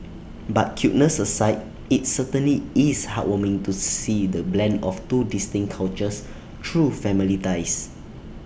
but cuteness aside IT certainly is heartwarming to see the blend of two distinct cultures through family ties